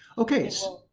okay. no,